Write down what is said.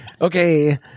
okay